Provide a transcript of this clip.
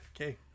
Okay